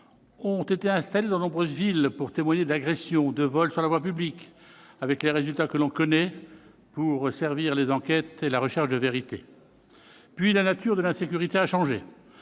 ont été installés dans de nombreuses villes pour témoigner d'agressions, de vols sur la voie publique, avec les résultats que l'on connaît, pour servir les enquêtes et la recherche de la vérité. Puis la nature de l'insécurité a changé.